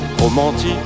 romantique